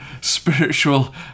spiritual